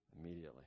immediately